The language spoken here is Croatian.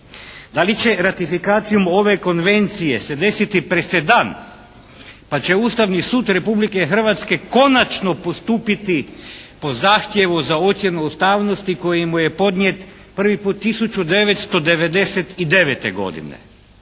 Da li će ratifikacijom ove Konvencije se desiti presedan pa će Ustavni sud Republike Hrvatske konačno postupiti po zahtjevu za ocjenu ustavnosti koji mu je podnijet prvi put 1999. godine?